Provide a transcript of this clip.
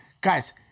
Guys